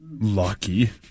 Lucky